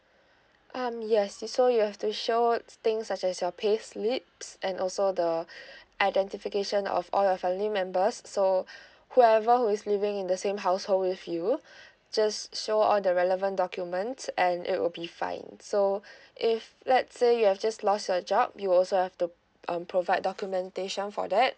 um yes so you have to show things such as your payslips and also the identification of all your family members so whoever who is living in the same household with you just show all the relevant documents and it will be fine so if let's say you have just lost your job you also have to um provide documentation for that